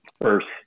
first